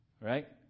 Right